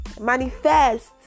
manifest